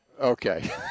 Okay